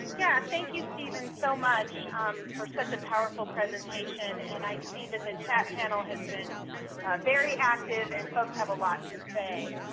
yeah thank you, stephen, so much for such a powerful presentation. and i see that the chat panel has been very active and folks have a lot to say.